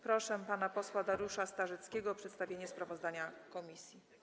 Proszę pana posła Dariusza Starzyckiego o przedstawienie sprawozdania komisji.